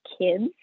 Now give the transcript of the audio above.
kids